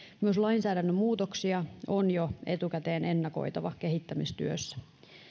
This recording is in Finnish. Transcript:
myös lainsäädännön muutoksia on jo etukäteen ennakoitava kehittämistyössä